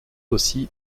aussi